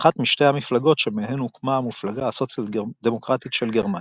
אחת משתי המפלגות שמהן הוקמה המפלגה הסוציאל-דמוקרטית של גרמניה.